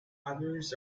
others